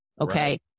okay